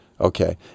Okay